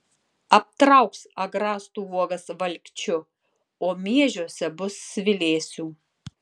aptrauks agrastų uogas valkčiu o miežiuose bus svilėsių